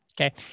Okay